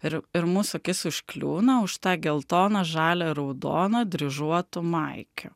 ir ir mūsų akis užkliūna už tą geltoną žalią raudoną dryžuotų maikių